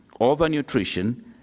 overnutrition